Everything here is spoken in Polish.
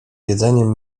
jedzeniem